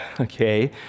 okay